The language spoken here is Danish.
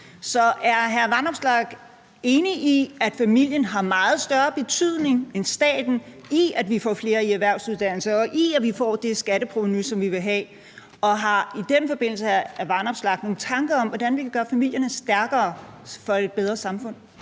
Så er hr. Alex Vanopslagh enig i, at familien har meget større betydning end staten for, at vi får flere i erhvervsuddannelse, og for, at vi får det skatteprovenu, som vi vil have? Og har hr. Alex Vanopslagh i den forbindelse nogen tanker om, hvordan vi kan gøre familierne stærkere for at få et bedre samfund?